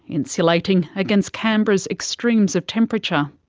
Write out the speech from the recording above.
insulating against canberra's extremes of temperature.